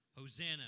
Hosanna